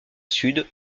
sud